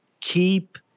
keep